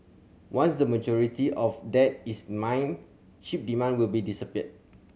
once the majority of that is mined chip demand will be disappear